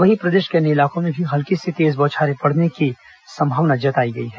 वहीं प्रदेश के अन्य इलाकों में भी हल्की से तेज बौछारें पड़ने की संभावना व्यक्त की गई है